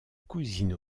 cousine